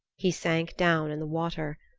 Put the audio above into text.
he sank down in the water.